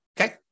okay